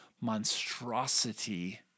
monstrosity